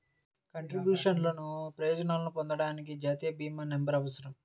కంట్రిబ్యూషన్లకు ప్రయోజనాలను పొందడానికి, జాతీయ భీమా నంబర్అవసరం